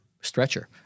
stretcher